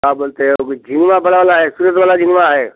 का बोलते हैं झींगा बड़ा वाला है वाला झींगा है